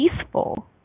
peaceful